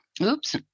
oops